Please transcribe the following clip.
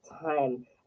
time